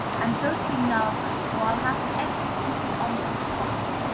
and don't be nervous, or i'll have you executed on the spot.